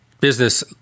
business